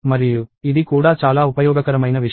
మరియు ఇది కూడా చాలా ఉపయోగకరమైన విషయం